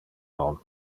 non